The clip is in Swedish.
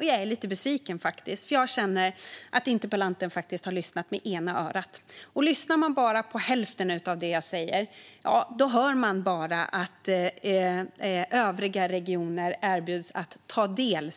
Men jag är lite besviken faktiskt, för jag känner att interpellanten har lyssnat med ena örat. Lyssnar man bara på hälften av det jag säger hör man bara att övriga regioner erbjuds att "ta del"